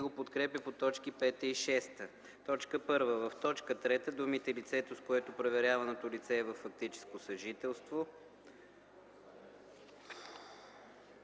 го подкрепя по т. 5 и 6: „1. В т. 3 думите „лицето, с което проверяваното лице е във фактическо съжителство”